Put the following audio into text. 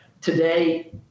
Today